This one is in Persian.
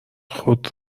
خود